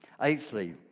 Eighthly